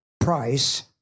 Price